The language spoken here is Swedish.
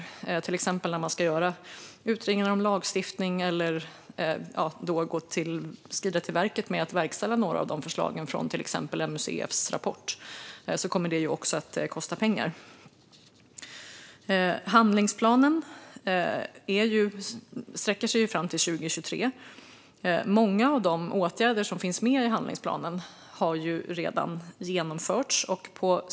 Om man till exempel ska göra utredningar om lagstiftning eller skrida till verket med att verkställa några av förslagen från till exempel MUCF:s rapport kommer det att kosta pengar. Handlingsplanen sträcker sig fram till 2023. Många av de åtgärder som finns med i handlingsplanen har ju redan genomförts.